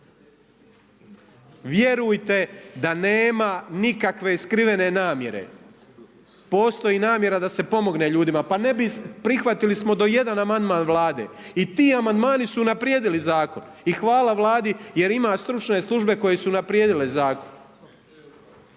Vjerujte da nema nikakve skrivene namjere, postoji namjera da se pomogne ljudima. Prihvatili smo do jedan amandman Vlade i ti amandmani su unaprijedili zakon i hvala Vladi jer ima stručne službe koje su unaprijedile zakon,